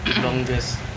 longest